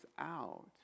out